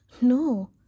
No